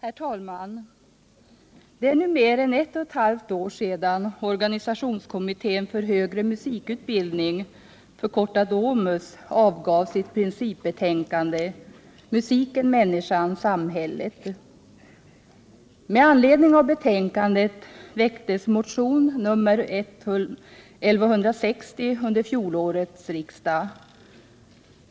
Herr talman! Det är nu mer än ett och ett halvt år sedan organisationskommittén för högre musikutbildning, OMUS, avgav sitt principbetänkande Musiken-människan-samhället. Med anledning av betänkandet väcktes under fjolårets riksdag motionen 1976/77:1160.